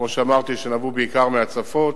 כמו שאמרתי, שנבעו בעיקר מהצפות,